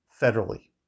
federally